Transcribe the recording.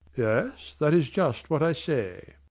yes, that is just what i say.